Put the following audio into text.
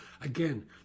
Again